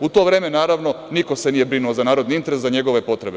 U to vreme, naravno, niko se nije brinuo za narodni interes, za njegove potrebe.